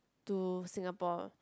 to Singapore